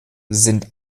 sind